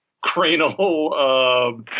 cranial